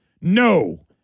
no